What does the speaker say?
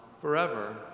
forever